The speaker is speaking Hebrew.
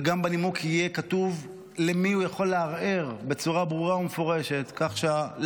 וגם בנימוק יהיה כתוב בצורה ברורה ומפורשת אל מי הוא יכול לערער,